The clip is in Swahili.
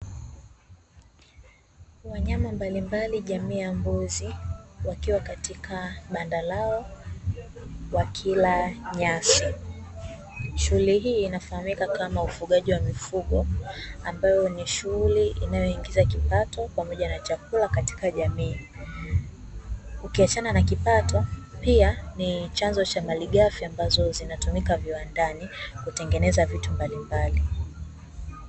Wanyama mbalimbali jamii ya mbuzi wakiwa katika banda lao wakila nyasi. Shughuli hii inafahamika kama ufugaji wa mifugo, ambayo ni shughuli inayoingiza kipato pamoja na chakula katika jamii. Ukiachana na kipato pia ni chanzo cha malighafi ambazo zinatumika viwandani kutengeneza vitu mbalimbali.